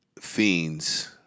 fiends